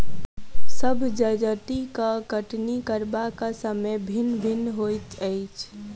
सभ जजतिक कटनी करबाक समय भिन्न भिन्न होइत अछि